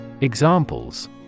Examples